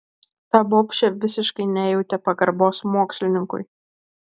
ta bobšė visiškai nejautė pagarbos mokslininkui